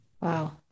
Wow